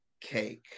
cake